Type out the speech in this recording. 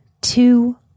two